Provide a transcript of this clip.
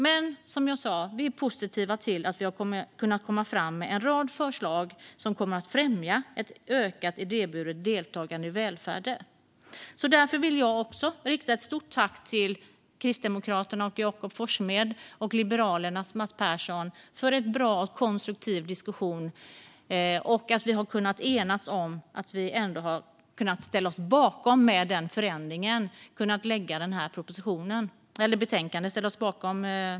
Men vi är, som jag sa, positiva till att vi har kunnat komma fram med en rad förslag som kommer att främja ett ökat idéburet deltagande i välfärden. Därför vill jag rikta ett stort tack till Kristdemokraternas Jakob Forssmed och Liberalernas Mats Persson för en bra och konstruktiv diskussion. Vi har med denna förändring kunnat ställa oss bakom propositionen och kunnat lägga fram detta betänkande.